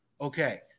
Okay